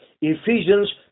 Ephesians